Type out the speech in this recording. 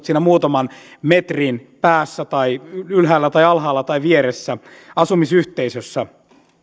siinä muutaman metrin päässä ylhäällä tai alhaalla tai vieressä asumisyhteisössä